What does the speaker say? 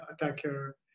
attacker